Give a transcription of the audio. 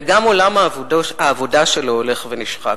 הרי גם עולם העבודה שלו הולך ונשחק,